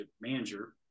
manager